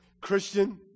christian